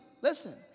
Listen